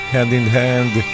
hand-in-hand